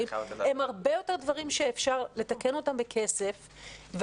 אלה הרבה יותר דברים שאפשר לתקן אותם בכסף,